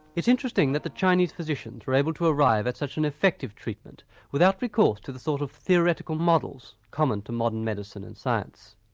interesting that the chinese physicians were able to arrive at such an effective treatment without recourse to the sort of theoretical models common to modern medicine and science.